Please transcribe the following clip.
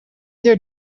their